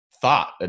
thought